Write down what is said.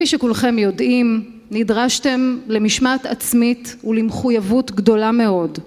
כפי שכולכם יודעים, נדרשתם למשמעת עצמית ולמחויבות גדולה מאוד.